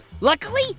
Luckily